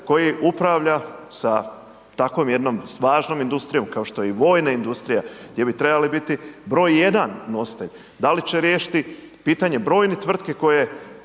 koji upravlja sa takvom jednom snažnom industrijom kao što je i vojna industrija, gdje bi trebali biti broj jedan nositelj? Da li će riješiti pitanje brojnih tvrtki koje